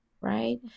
right